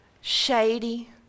shady